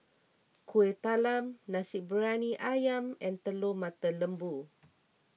Kuih Talam Nasi Briyani Ayam and Telur Mata Lembu